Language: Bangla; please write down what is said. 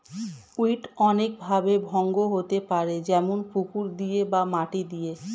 উইড অনেক ভাবে ভঙ্গ হতে পারে যেমন পুকুর দিয়ে বা মাটি দিয়ে